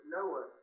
Noah